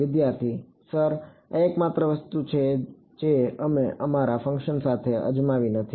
વિદ્યાર્થી સર આ એકમાત્ર વસ્તુ છે જે અમે અમારા ફંકશન સાથે અજમાવી નથી